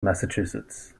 massachusetts